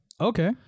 Okay